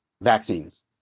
vaccines